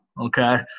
okay